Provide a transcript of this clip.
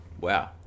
Wow